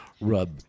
rub